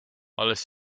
alles